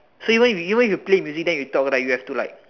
so even if even you play music you talk you have to like